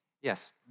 Yes